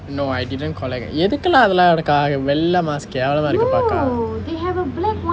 no I didn't collect எதுக்கு:ethukku lah அதெல்லாம் உனக்கு ஆகும் வெள்ளை:athellaam unakku aakum vellai mask கேவலமா இருக்கு பார்க்க:kaevalamaa irukku paarkka